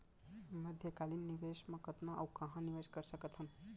मध्यकालीन निवेश म कतना अऊ कहाँ निवेश कर सकत हन?